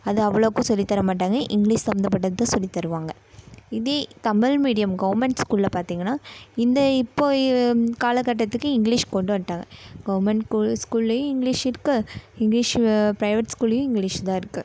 அது அவ்வளோக்கும் சொல்லி தர மாட்டாங்க இங்கிலீஸ் சம்பந்தப்பட்டது தான் சொல்லி தருவாங்க இதே தமிழ் மீடியம் கவுர்மெண்ட் ஸ்கூலில் பார்த்தீங்கனா இந்த இப்போது காலகட்டத்துக்கு இங்கிலீஷ் கொண்டுட்டு வந்துட்டாங்க கவுர்மெண்ட் ஸ்கூலில் இங்கிலீஷ் இருக்குது இங்கிலீஷ் ப்ரைவேட் ஸ்கூல்லேயும் இங்கிலீஷ் தான் இருக்குது